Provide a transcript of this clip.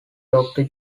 doctor